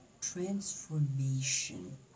transformation